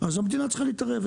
המדינה צריכה לעשות.